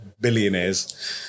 billionaires